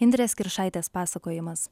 indrės kiršaitės pasakojimas